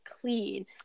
clean